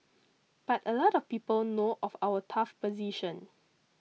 but a lot of people know of our tough position